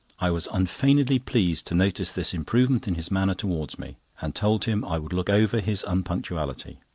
i was unfeignedly pleased to notice this improvement in his manner towards me, and told him i would look over his unpunctuality.